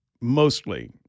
mostly